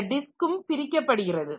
இந்த டிஸ்க்கும் பிரிக்கப்படுகிறது